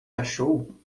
achou